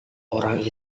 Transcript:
orang